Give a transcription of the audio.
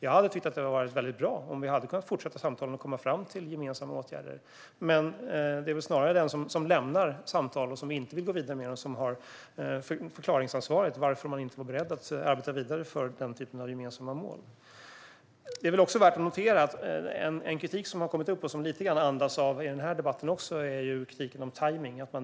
Det hade varit bra om vi hade kunnat fortsätta samtalen och komma fram till gemensamma åtgärder. Men det är väl snarare den som lämnar samtalen, som inte vill gå vidare med dem, som har ansvar för att förklara varför man inte var beredd att arbeta vidare mot den typen av gemensamma mål. Kritik som har kommit upp och som den här debatten andas lite grann är kritiken om tajmning.